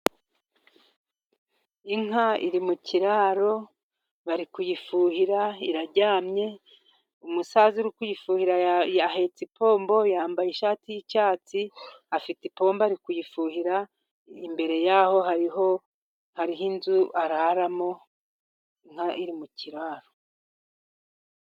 Inka iri mu kiraro bari kuyifuhira, iraryamye, umusaza uri kuyifuhira ahetse ipombo, yambaye ishati y'icyatsi, afite ipombo ari kuyifuhira, imbere yaho hariho inzu araramo, inka iri mu kiraro.